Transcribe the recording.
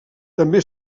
també